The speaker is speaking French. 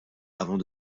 avant